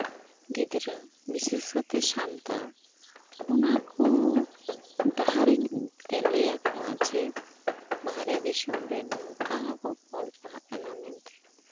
ᱜᱤᱫᱽᱨᱟᱹ ᱵᱤᱥᱮᱥ ᱠᱟᱛᱮᱜ ᱥᱟᱱᱛᱟᱲ ᱚᱱᱟ ᱠᱚ ᱰᱟᱦᱟᱨ ᱤᱧ ᱞᱟᱹᱭ ᱟᱠᱚᱣᱟ ᱡᱮ ᱵᱟᱦᱨᱮ ᱫᱤᱥᱚᱢ ᱨᱮ ᱱᱚᱝᱠᱟ ᱦᱚᱸᱠᱚ ᱚᱞ ᱯᱟᱲᱦᱟᱜ ᱠᱟᱱᱟ ᱢᱮᱱᱛᱮ